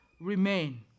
remain